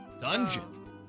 Dungeon